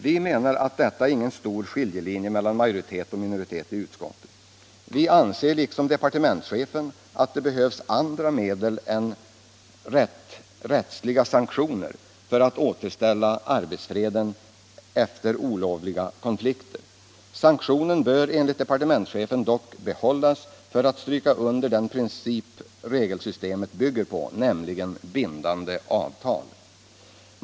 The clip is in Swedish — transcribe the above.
Vi menar att detta inte är någon stor skiljelinje mellan majoritet och minoritet i utskottet. Vi anser liksom departementschefen att det behövs andra medel än rättsliga sanktioner för att återställa arbetsfreden efter olovliga konflikter. Sanktionen bör enligt departementschefen dock behållas för att stryka under den princip regelsystemet bygger på, nämligen bindande avtal.